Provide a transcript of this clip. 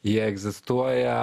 jie egzistuoja